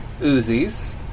Uzis